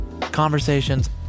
Conversations